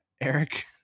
Eric